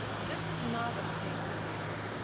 this is not a paid position.